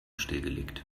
stillgelegt